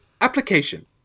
application